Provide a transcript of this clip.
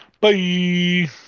Bye